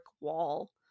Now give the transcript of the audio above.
wall